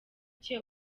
cye